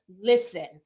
listen